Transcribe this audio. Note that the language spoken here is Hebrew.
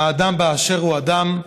האדם באשר הוא אדם.